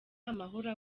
amahano